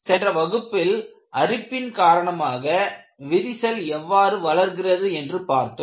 சென்ற வகுப்பில் அரிப்பின் காரணமாக விரிசல் எவ்வாறு வளர்கிறது என்று பார்த்தோம்